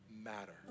matter